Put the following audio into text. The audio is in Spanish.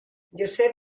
josef